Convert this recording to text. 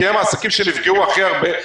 כי הם העסקים שנפגעו הכי הרבה,